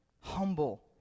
Humble